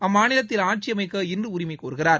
அம்மாநிலத்தில் ஆட்சி அமைச்ச இன்று உரிமை கோருகிறார்